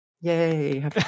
Yay